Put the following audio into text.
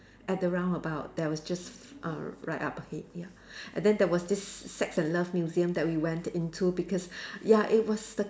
at the roundabout that was just err right up ahead ya and then there was this sex and love museum that we went into because ya it was the